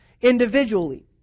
individually